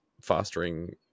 fostering